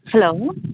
hello